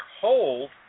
hold